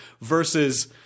versus –